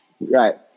right